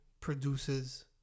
produces